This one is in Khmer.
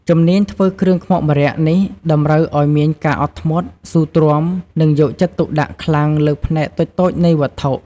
ជំនាញធ្វើគ្រឿងខ្មុកម្រ័ក្សណ៍នេះតម្រូវឱ្យមានការអត់ធ្មត់ ស៊ូទ្រាំ និងយកចិត្តទុក្ខដាក់ខ្លាំងលើផ្នែកតូចៗនៃវត្ថុ។